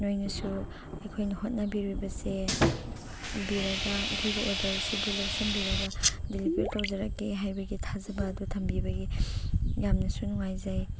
ꯅꯣꯏꯅꯁꯨ ꯑꯩꯈꯣꯏꯅ ꯍꯣꯠꯅꯕꯤꯔꯤꯕꯁꯦ ꯎꯕꯤꯔꯒ ꯑꯩꯈꯣꯏꯒꯤ ꯑꯣꯔꯗꯔꯁꯤꯕꯨ ꯂꯧꯁꯤꯟꯕꯤꯔꯒ ꯗꯤꯂꯤꯕꯔ ꯇꯧꯖꯔꯛꯀꯦ ꯍꯥꯏꯕꯒꯤ ꯊꯥꯖꯕ ꯑꯗꯨ ꯊꯝꯕꯤꯕꯒꯤ ꯌꯥꯝꯅꯁꯨ ꯅꯨꯡꯉꯥꯏꯖꯩ